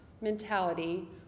mentality